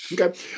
Okay